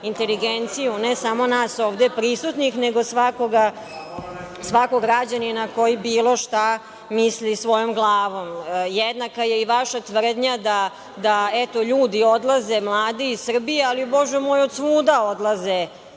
inteligenciju i ne samo nas ovde prisutnih nego svakog građanina koji bilo šta misli svojom glavom. Jednaka je i vaša tvrdnja da, eto ljudi odlaze, mladi iz Srbije ali bože moj, od svuda odlaze